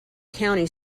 county